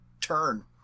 turn